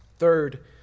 Third